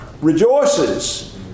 rejoices